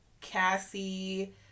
Cassie